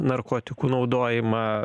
narkotikų naudojimą